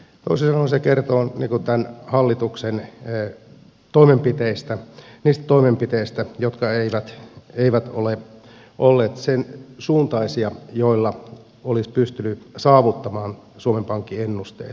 toisin sanoen se kertoo tämän hallituksen toimenpiteistä niistä toimenpiteistä jotka eivät ole olleet sensuuntaisia joilla olisi pystynyt saavuttamaan suomen pankin ennusteet